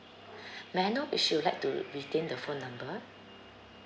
may I know if you'll like to retain the phone number